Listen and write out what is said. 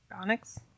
Onyx